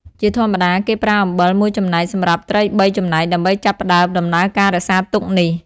ជាធម្មតា គេប្រើ អំបិល មួយចំណែកសម្រាប់ត្រីបីចំណែកដើម្បីចាប់ផ្តើមដំណើរការរក្សាទុកនេះ។